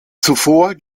zuvor